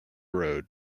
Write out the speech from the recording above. road